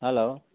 hello